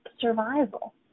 survival